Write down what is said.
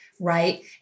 right